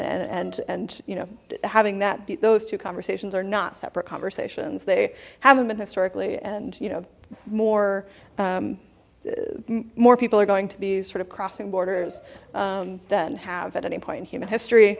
you know having that those two conversations are not separate conversations they haven't been historically and you know more more people are going to be sort of crossing borders than have at any point in human history